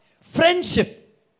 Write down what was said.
Friendship